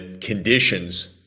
conditions